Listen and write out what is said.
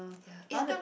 yea eh how come